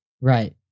Right